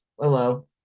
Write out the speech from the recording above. hello